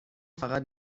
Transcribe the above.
فقط